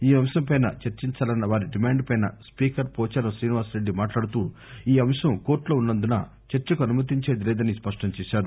ఈ అంశంపై చర్చించాలన్న వారి డిమాండ్పై స్పీకర్ పోచారం శీనివాసరెడ్డి మాట్లాడుతూ ఈ అంశం కోర్టులో వున్నందున చర్చకు అనుమతించేది లేదని స్పష్టం చేశారు